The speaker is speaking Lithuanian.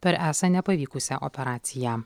per esą nepavykusią operaciją